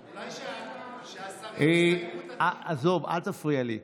אדוני היושב-ראש, אולי שהשרים, עזוב, אל תפריע לי.